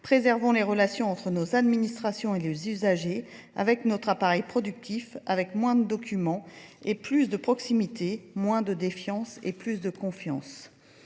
Préservons les relations entre nos administrations et les usagers avec notre appareil productif, avec moins de documents et plus de proximité, moins de défiance et plus de confiance.